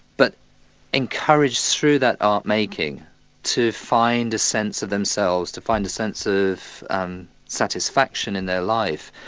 but encourage through that art-making to find a sense of themselves, to find a sense of um satisfaction in their life.